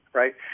right